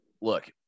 Look –